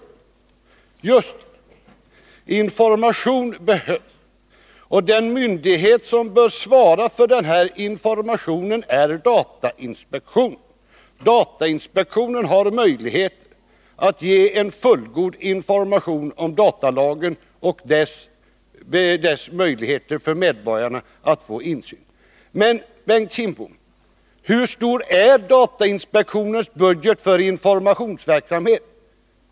Just det, information behövs, och den myndighet som bör svara för denna är datainspektionen. Datainspektionen kan ge fullgod information om datalagen och möjligheter för medborgarna att få insyn. Men, Bengt Kindbom, hur stor är datainspektionens budget för informationsverksamhet?